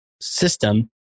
system